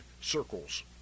circles